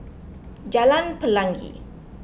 Jalan Pelangi